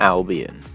Albion